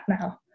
now